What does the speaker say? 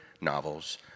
novels